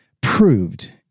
proved